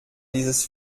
dieses